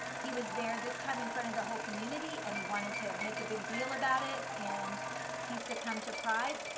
he was there this time in front of the whole community and he wanted to make a big deal about it and he succumbed to pride?